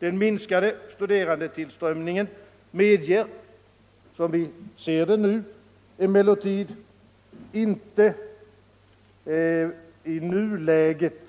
Den minskade studerandetillströmningen medger emellertid, som vi ser det nu, inte i nuläget,